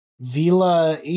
Vila